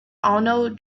arno